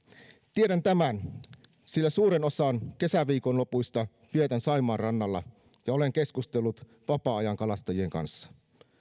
tiedän tämän sillä suuren osan kesäviikonlopuista vietän saimaan rannalla ja olen keskustellut vapaa ajankalastajien kanssa